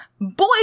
Boy